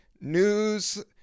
news